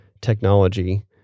technology